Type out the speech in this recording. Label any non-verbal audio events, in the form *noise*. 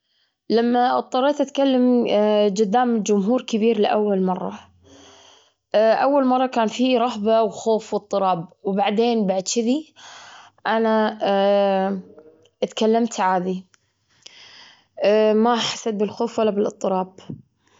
*hesitation* أكثر حدث فقدان شخص عزيز، لأنه علمني قدر النعم والصبر. علمني شلون ألم فقدان شخص عزيز، أو لو كنا معاي نعمة وفقدتها، وما قدرت هالنعمة أني أحافظ عليها. فالحمد لله والشكر لله على كل شيء.